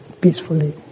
peacefully